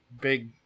big